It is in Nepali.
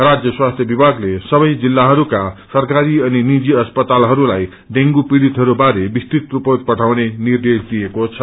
राज्य स्वास्थ्य विभागते सबै जिल्लाहरूका सरकारी अनि निजी अस्पतालहरूलाई डेगु पीडितहरूबारे विस्तृत रिर्पोट पठाउने निर्देश दिएको छ